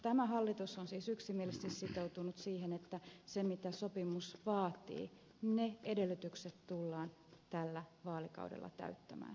tämä hallitus on siis yksimielisesti sitoutunut siihen että se mitä sopimus vaatii ne edellytykset tullaan tällä vaalikaudella täyttämään